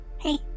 Hey